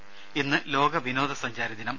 ത ഇന്ന് ലോക വിനോദ സഞ്ചാര ദിനം